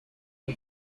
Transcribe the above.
the